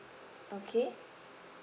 okay